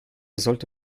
sollte